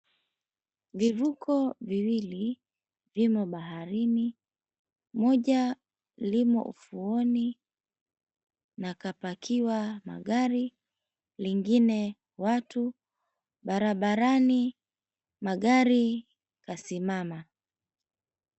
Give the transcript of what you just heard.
Vivuko viwili vimo baharini. Moja limo ufuoni na kapakiwa magari, ingine watu. Barabarani magari ka simama.